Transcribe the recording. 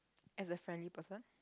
as a friendly person